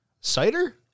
cider